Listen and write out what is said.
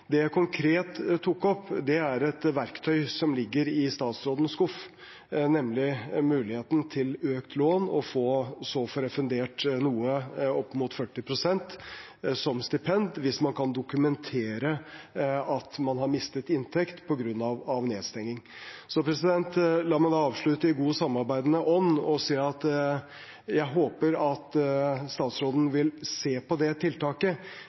Det jeg konkret tok opp, er et verktøy som ligger i statsrådens skuff, nemlig muligheten til økt lån og så få refundert noe – opp mot 40 pst. – som stipend hvis man kan dokumentere at man har mistet inntekt på grunn av nedstenging. La meg da avslutte i god, samarbeidende ånd og si at jeg håper at statsråden vil se på det tiltaket.